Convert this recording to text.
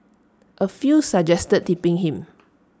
A few suggested tipping him